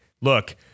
look